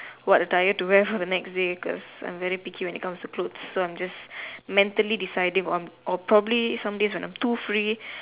what attire to wear for the next day because I am very picky when it comes to clothes so I am just mentally deciding on or probably on some days when I am too free